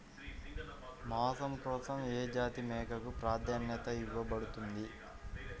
మాంసం కోసం ఏ జాతి మేకకు ప్రాధాన్యత ఇవ్వబడుతుంది?